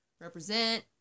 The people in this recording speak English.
Represent